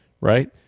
right